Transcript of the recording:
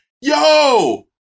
Yo